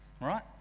right